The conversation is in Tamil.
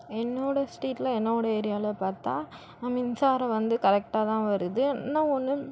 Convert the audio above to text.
என்னோடய ஸ்ட்ரீட்ல என்னோடய ஏரியாவில பார்த்தா மின்சாரம் வந்து கரெக்டாகதான் வருது என்ன ஒன்று